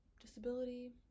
disability